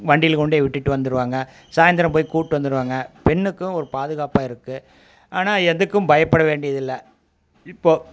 வண்டியில் கொண்டோய் விட்டுட்டு வந்திருவாங்க சாய்ந்தரம் போய் கூப்ட்டு வந்துருவாங்க பெண்ணுக்கும் ஒரு பாதுகாப்பாக இருக்குது ஆனால் எதுக்கும் பயப்பட வேண்டியதில்லை இப்போது